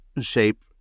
shape